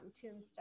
tombstone